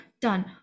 done